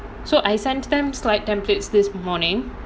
so I sent them slide templates this morning